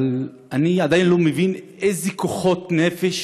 אבל אני עדיין לא מבין איזה כוחות נפש